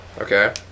Okay